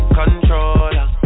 controller